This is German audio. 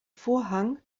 vorhang